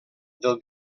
del